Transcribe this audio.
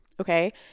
Okay